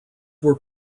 were